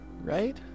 right